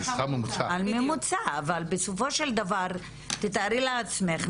על ממוצע אבל בסופו של דבר תתארי לעצמך,